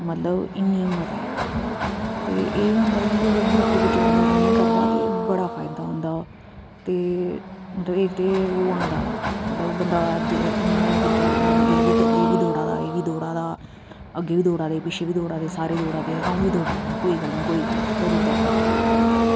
मतलब इन्नी हिम्मत आई मतलब एह् होंदा कि अगर ग्रुप बिच बंदा रनिंग करदा ते ओह् बड़ा फायदा होंदा ते जेह्ड़ा तेो ओह् आंदा मतलब बंदा की इंया दिक्खदा कि एह्बी दौड़ा दा एह्बी दौड़ा दा अग्गें बी दौड़ा दे पिच्छें बी दौड़ा दे सारे दौड़ा दे आमीं दौड़ी लैन्ना कोई गल्ल नी कोई गल्ल नी करी ओड़दा बंदा